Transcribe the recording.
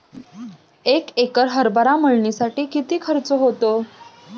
एक एकर हरभरा मळणीसाठी किती खर्च होतो?